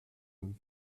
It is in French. homme